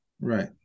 Right